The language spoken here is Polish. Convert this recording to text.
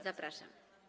Zapraszam.